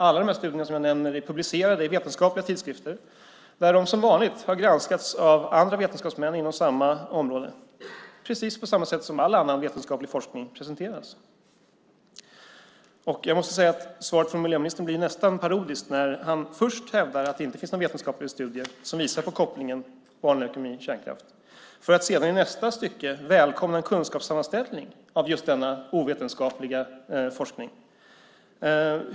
Alla de studier som jag nämner är publicerade i vetenskapliga tidskrifter där de som vanligt har granskats av andra vetenskapsmän inom samma område, precis på samma sätt som all annan vetenskaplig forskning presenteras. Jag måste säga att svaret från miljöministern blir nästan parodiskt när han först hävdar att det inte finns några vetenskapliga studier som visar kopplingen mellan barnleukemi och kärnkraft för att sedan, i nästa stycke, välkomna en kunskapssammanställning av just denna ovetenskapliga forskning.